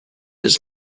its